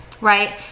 Right